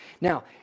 Now